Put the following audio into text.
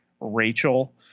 Rachel